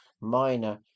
Minor